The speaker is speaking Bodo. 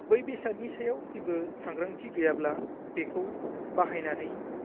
बै बेसादनि सायाव जेबो सांग्रांथि गैयाब्ला बेखौ बाहायनानै